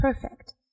perfect